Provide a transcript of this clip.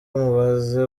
bamubaze